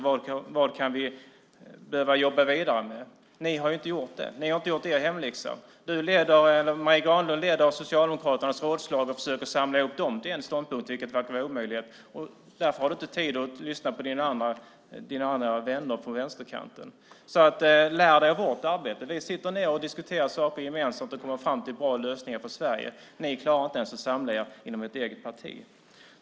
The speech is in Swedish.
Vad kan vi behöva jobba vidare med? Ni har inte gjort det. Ni har inte gjort er hemläxa. Marie Granlund leder Socialdemokraternas rådslag och försöker samla ihop dem till en ståndpunkt, vilket verkar vara en omöjlighet. Därför har du inte tid att lyssna på dina andra vänner på vänsterkanten. Lär dig av vårt arbete! Vi diskuterar saker gemensamt och kommer fram till bra lösningar för Sverige. Ni klarar inte ens att samla er inom ert eget parti.